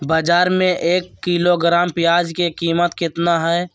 बाजार में एक किलोग्राम प्याज के कीमत कितना हाय?